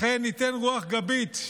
לכן ניתן רוח גבית,